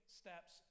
steps